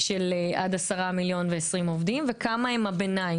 של עד 10 מיליון ו-20 עובדים וכמה הם הביניים.